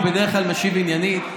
הוא בדרך כלל משיב עניינית.